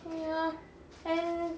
ya